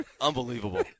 Unbelievable